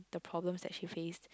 the problems that she faced